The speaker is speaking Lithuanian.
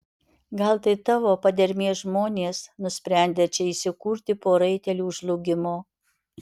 gal tai tavo padermės žmonės nusprendę čia įsikurti po raitelių žlugimo